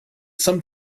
some